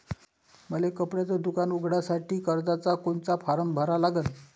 मले कपड्याच दुकान उघडासाठी कर्जाचा कोनचा फारम भरा लागन?